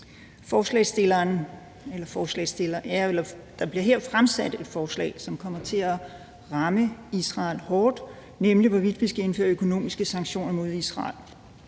Der er her fremsat et forslag, som kommer til at ramme Israel hårdt, nemlig om, hvorvidt vi skal indføre økonomiske sanktioner mod Israel.